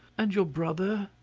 and your brother?